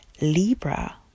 Libra